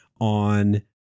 on